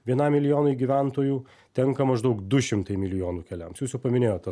vienam milijonui gyventojų tenka maždaug du šimtai milijonų keliams jūs jau paminėjo tą